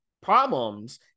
problems